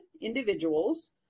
individuals